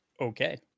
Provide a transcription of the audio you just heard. Okay